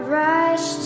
rush